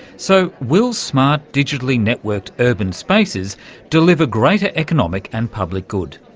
so, will smart digitally networked urban spaces deliver greater economic and public good?